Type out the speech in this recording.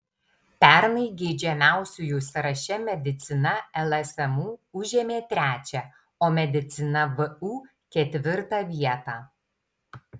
pernai geidžiamiausiųjų sąraše medicina lsmu užėmė trečią o medicina vu ketvirtą vietą